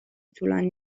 طولانی